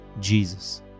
Jesus